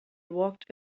walked